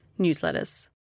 newsletters